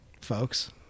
folks